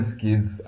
kids